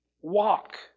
Walk